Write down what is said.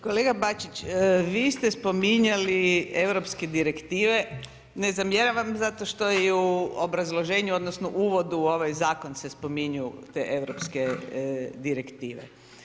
Kolega Bačić, vi ste spominjali europske direktive, ne zamjeram zato što ju u obrazloženju, odnosno, u uvodu u ovaj zakon se spominju te europske direktive.